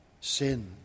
sin